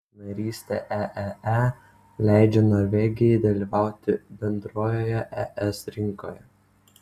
narystė eee leidžia norvegijai dalyvauti bendrojoje es rinkoje